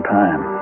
time